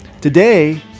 today